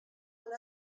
una